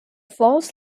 falls